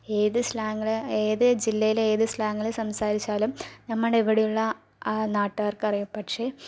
ഏത് സ്ലാങ്ങില് ഏത് ജില്ലയില് ഏത് സ്ലാങില് സംസാരിച്ചാലും നമ്മുടെ ഇവിടെയുള്ള നാട്ടുകാർക്കറിയാം പക്ഷേ